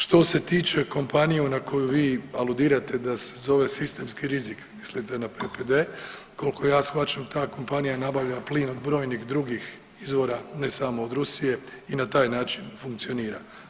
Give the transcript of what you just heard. Što se tiče kompanije na koju vi aludirate da se zove sistemski rizik mislite na PPD, koliko ja shvaćam ta kompanija nabavlja plin od brojnih drugih izvora ne samo od Rusije i na taj način funkcionira.